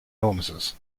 illnesses